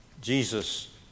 Jesus